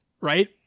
right